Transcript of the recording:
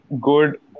good